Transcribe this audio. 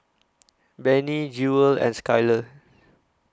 Benny Jewel and Skylar